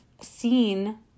seen